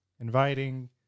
inviting